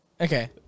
Okay